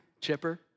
chipper